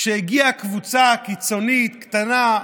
כשהגיעה קבוצה קיצונית, קטנה,